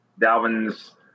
Dalvin's